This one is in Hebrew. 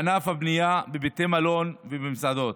בענף הבנייה, בבתי מלון ובמסעדות.